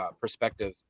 perspective